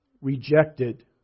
rejected